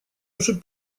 уже